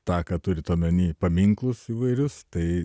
tą ką turit omeny paminklus įvairius tai